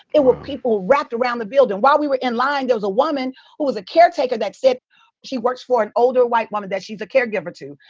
there were people wrapped around the building. while we were in line, there was a woman who was a caretaker that said she works for an older white woman that she's a caregiver to.